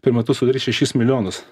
per metus sudarys šešis milijonus